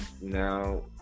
now